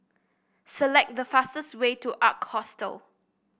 select the fastest way to Ark Hostel